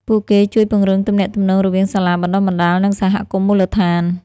ពួកគេជួយពង្រឹងទំនាក់ទំនងរវាងសាលាបណ្តុះបណ្តាល និងសហគមន៍មូលដ្ឋាន។